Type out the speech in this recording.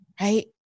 Right